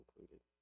included